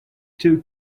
two